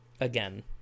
again